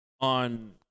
on